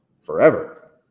forever